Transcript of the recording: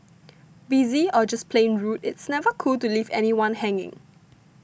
busy or just plain rude it's never cool to leave anyone hanging